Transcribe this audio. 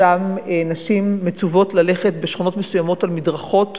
נשים מצוות ללכת בשכונות מסוימות על מדרכות